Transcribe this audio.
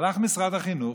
הלך משרד החינוך,